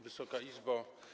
Wysoka Izbo!